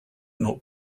not